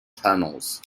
tunnels